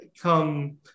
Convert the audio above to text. come